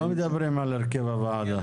לא מדברים על הרכב הוועדה.